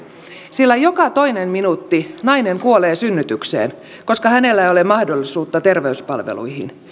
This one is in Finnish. sillä joka toinen minuutti nainen kuolee synnytykseen koska hänellä ei ole mahdollisuutta terveyspalveluihin